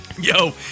Yo